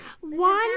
One